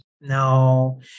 no